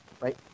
right